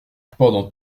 pendant